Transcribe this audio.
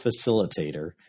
facilitator